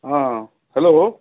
हाँ हैलो